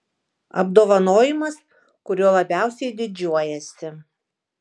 apdovanojimas kuriuo labiausiai didžiuojiesi